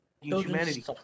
humanity